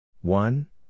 One